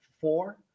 Four